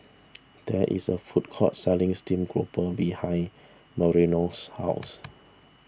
there is a food court selling Steam Grouper behind Marilou's house